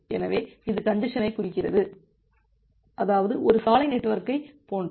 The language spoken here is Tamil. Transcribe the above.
எனவே இது கஞ்ஜசனை குறிக்கிறது அதாவது ஒரு சாலை நெட்வொர்க்கைப் போன்றது